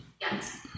Yes